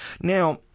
Now